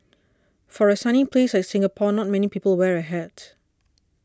for a sunny place like Singapore not many people wear a hat